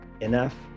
enough